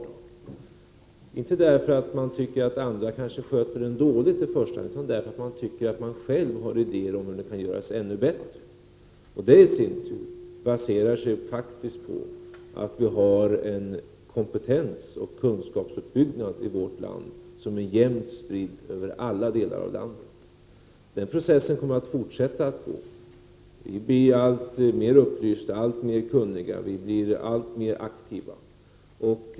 Detta beror inte i första hand på att man tycker att andra sköter detta dåligt, utan det beror på att man tycker sig själv ha idéer om hur det kan göras ännu bättre. Detta baserar sig i sin tur faktiskt på att vi har en kompetens och kunskapsuppbyggnad i vårt land som är jämnt spridd över alla delar av landet. Den processen kommer att fortsätta. Vi blir alltmer upplysta, alltmer kunniga och alltmer aktiva.